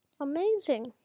Amazing